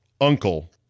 uncle